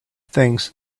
things